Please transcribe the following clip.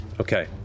Okay